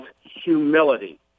humility